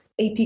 AP